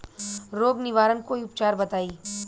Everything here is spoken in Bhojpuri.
रोग निवारन कोई उपचार बताई?